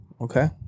Okay